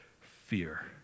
fear